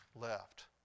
left